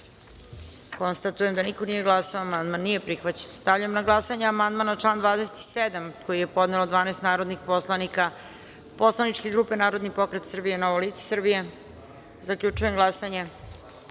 glasanje. Konstatujem da niko nije glasao. Amandman nije prihvaćen. Stavljam na glasanje amandman na član 6. koji je podnelo 12 narodnih poslanika poslaničke grupe Narodni pokret Srbije - Novo lice Srbije. Zaključujem